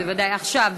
עכשיו.